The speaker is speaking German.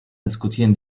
diskutierten